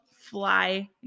Fly